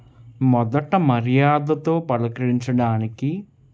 మొదట మర్యాదతో పలకరించడానికి